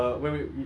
oh my god